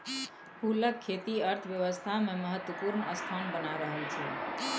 फूलक खेती अर्थव्यवस्थामे महत्वपूर्ण स्थान बना रहल छै